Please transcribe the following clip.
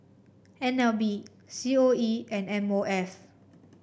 N L B C O E and M O F